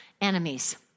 enemies